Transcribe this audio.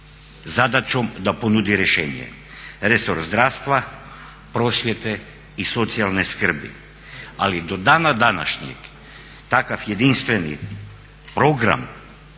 zadaćom da ponude rješenje. Resor zdravstva, prosvjete i socijalne skrbi. Ali do dana današnjeg takav jedinstveni program